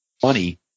Funny